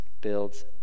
builds